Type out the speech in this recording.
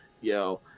yo